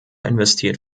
investiert